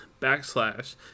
backslash